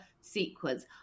sequence